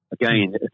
Again